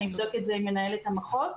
אני אבדוק זאת עם מנהלת המחוז,